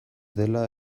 dela